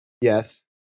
Yes